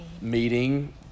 Meeting